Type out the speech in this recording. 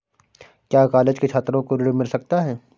क्या कॉलेज के छात्रो को ऋण मिल सकता है?